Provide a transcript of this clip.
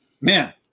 man